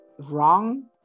wrong